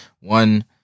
One